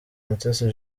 mutesi